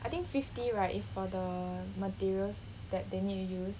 I think fifty right is for the materials that they need to use